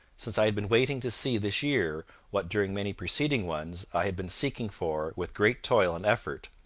since i had been waiting to see this year what during many preceding ones i had been seeking for with great toil and effort,